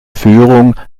führung